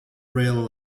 rail